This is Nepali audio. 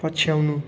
पछ्याउनु